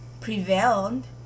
prevailed